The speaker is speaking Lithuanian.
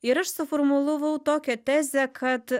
ir aš suformulavau tokią tezę kad